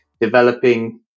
developing